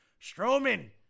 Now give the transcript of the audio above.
Strowman